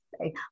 say